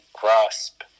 grasp